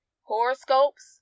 horoscopes